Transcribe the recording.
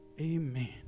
Amen